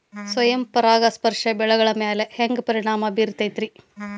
ಸ್ವಯಂ ಪರಾಗಸ್ಪರ್ಶ ಬೆಳೆಗಳ ಮ್ಯಾಲ ಹ್ಯಾಂಗ ಪರಿಣಾಮ ಬಿರ್ತೈತ್ರಿ?